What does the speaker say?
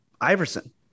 Iverson